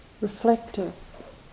reflective